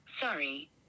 Sorry